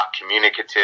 communicative